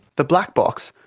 the black box,